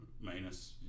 minus